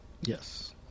Yes